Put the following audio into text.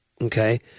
Okay